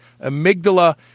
amygdala